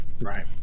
Right